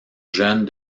jeune